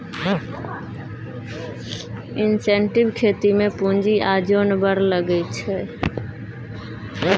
intensive खेती मे पुंजी आ जोन बड़ लगै छै